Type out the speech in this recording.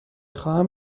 خواهم